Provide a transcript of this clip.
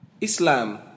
Islam